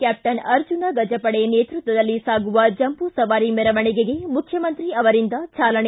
Kaplan Arjuna ಗಜಪಡೆ ನೇತೃತ್ವದಲ್ಲಿ ಸಾಗುವ ಜಂಬೂ ಸವಾರಿ ಮೆರವಣಿಗೆಗೆ ಮುಖ್ಯಮಂತ್ರಿ ಅವರಿಂದ ಚಾಲನೆ